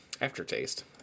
aftertaste